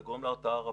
זה גורם להרתעה רבה.